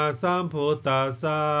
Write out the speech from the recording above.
samputasa